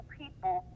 people